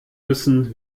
müssen